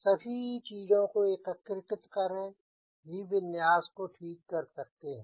सभी चीजों को एकीकृत कर ही विन्यास को ठीक कर सकते हैं